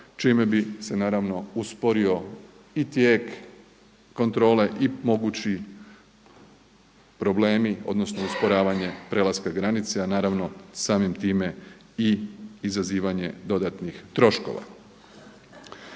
čime bi se naravno usporio i tijek kontrole i mogući problemi odnosno usporavanje prelaska granice, a naravno samim time i izazivanje dodatnih troškova.